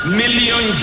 million